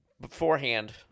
Beforehand